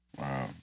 Wow